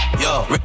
Yo